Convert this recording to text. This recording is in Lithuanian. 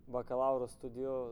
bakalauro studijų